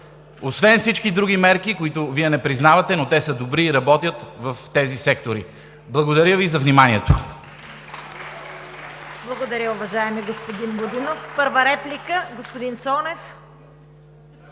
освен всички други мерки, които Вие не признавате, но те са добри и работят в тези сектори. Благодаря Ви за вниманието.